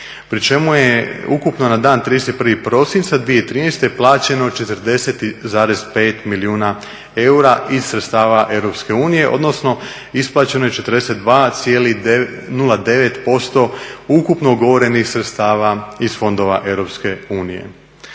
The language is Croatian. pri čemu je ukupno na dan 31. prosinca 2013. plaćeno 40,5 milijuna eura iz sredstava EU, odnosno isplaćeno je 42,09% ukupno ugovorenih sredstava iz fondove EU.